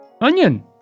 Onion